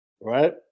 right